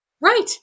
Right